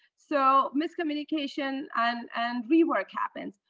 so misty munication and and rework happens.